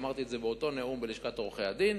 אמרתי את זה באותו נאום בלשכת עורכי-הדין,